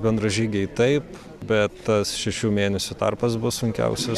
bendražygiai taip bet tas šešių mėnesių tarpas bus sunkiausias